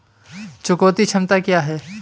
चुकौती क्षमता क्या है?